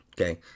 Okay